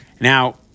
now